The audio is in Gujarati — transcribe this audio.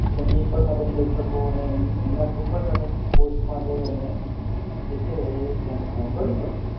એમની પણ મદદ લઈ શકો ને એમ એમના થ્રુ પણ તમે પોસ્ટમાં જઈ અને એ છે એ ત્યાંથી ફોર્મ ભરી શકો